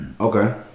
Okay